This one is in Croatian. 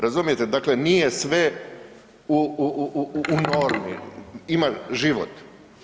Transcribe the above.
Razumijete, dakle nije sve u normi, ima život.